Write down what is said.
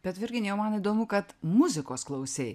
bet virginijau man įdomu kad muzikos klausei